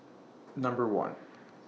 Number one